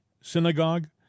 synagogue